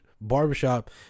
barbershop